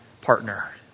partner